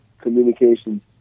Communications